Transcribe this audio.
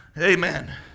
Amen